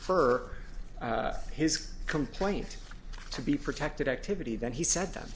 confer his complaint to be protected activity then he said that